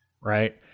right